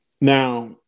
Now